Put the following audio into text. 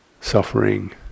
suffering